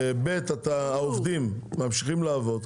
ב' העובדים ממשיכים לעבוד,